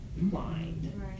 mind